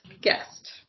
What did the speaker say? guest